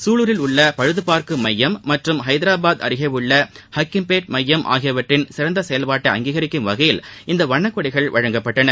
சூலூரில் உள்ள பழுதுபார்க்கும் மையம் மற்றும் ஹைதராபாத் அருகே உள்ள அக்கிம்பேட் மையம் ஆகியவற்றின் சிறந்த செயல்பாட்டை அங்கீகரிக்கும் வகையில் இந்த வண்ணக்கொடிகள் வழங்கப்பட்டன